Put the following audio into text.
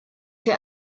für